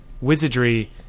wizardry